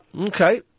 Okay